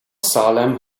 salem